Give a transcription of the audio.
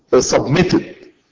submitted